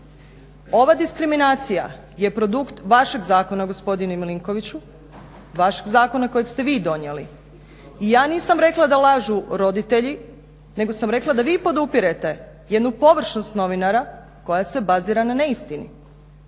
Ova diskriminacija je produkt vašeg zakona gospodine Milinkoviću, vašeg zakona kojeg ste vi donijeli. I ja nisam rekla da lažu roditelji, nego sam rekla da vi podupirete jednu površnost novinara koja se bazira na neistini.